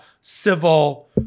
civil